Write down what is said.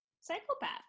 psychopath